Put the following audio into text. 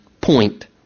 point